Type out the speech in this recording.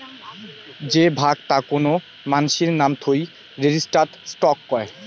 যে ভাগ তা কোন মানাসির নাম থুই রেজিস্টার্ড স্টক কয়